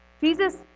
Jesus